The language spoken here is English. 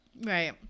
right